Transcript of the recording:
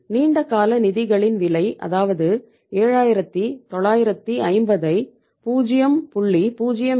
நீண்ட கால நிதிகளின் விலை அதாவது 7950 ஐ 0